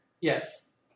Yes